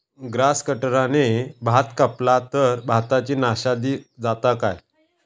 Grass कटराने भात कपला तर भाताची नाशादी जाता काय?